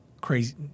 crazy